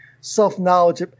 self-knowledge